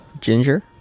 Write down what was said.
Ginger